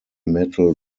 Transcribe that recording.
metal